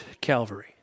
Calvary